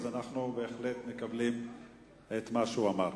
אז אנחנו בהחלט מקבלים את מה שהוא אמר.